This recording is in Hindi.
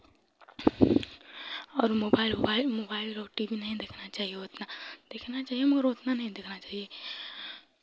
और मोबाइल ओबाइल मोबाइल और टी वी नहीं देखना चाहिए उतना देखना चाहिए मगर उतना नहीं देखना चाहिए